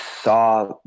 saw